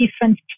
different